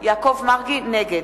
(קוראת בשמות חברי הכנסת) יעקב מרגי, נגד